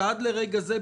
שעד לרגע זה,